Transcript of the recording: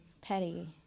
petty